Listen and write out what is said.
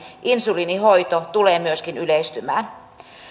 insuliinihoito tulee myöskin yleistymään